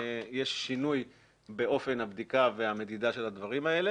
יש שינוי באופן הבדיקה והמדידה של הדברים האלה